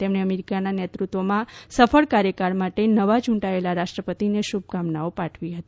તેમણે અમેરિકાના નેતૃત્વમાં સફળ કાર્યકાળ માટે નવા યૂંટાયેલા રાષ્ટ્રપતિને શુભકામના પાઠવી હતી